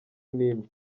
n’imwe